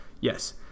yes